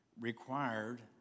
required